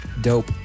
Dope